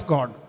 God